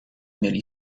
mieli